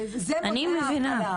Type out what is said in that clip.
אני מבינה.